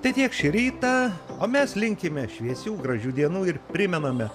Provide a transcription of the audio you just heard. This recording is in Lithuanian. tai tiek šį rytą o mes linkime šviesių gražių dienų ir primename